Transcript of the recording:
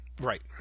Right